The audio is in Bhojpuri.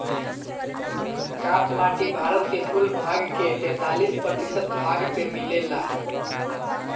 काप माटी भारत के कुल भाग के तैंतालीस प्रतिशत भाग पे मिलेला